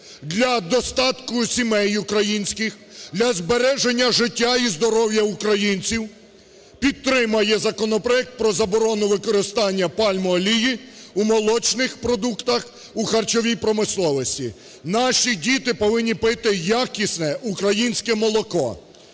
для достатку сімей українських, для збереження життя і здоров'я українців, підтримає законопроект про заборону використання пальмової олії у молочних продуктах, у харчовій промисловості. Наші діти повинні пити якісне українське молоко,